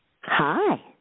Hi